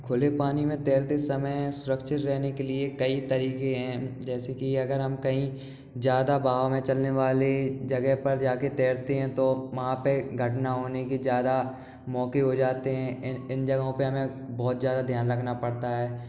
खुले पानी में तैरते समय सुरक्षित रहने के लिए कई तरीके हैं जैसे कि अगर हम कहीं ज़्यादा भाव में चलने वाले जगह पर जाके तैरते हैं तो वहाँ पे घटना होने की ज़्यादा मौके हो जाते हैं इन इन जगहों पे हमे बहुत ज़्यादा ध्यान रखना पड़ता है